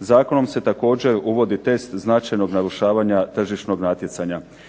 Zakonom se također uvodi test značajnog narušavanja tržišnog natjecanja.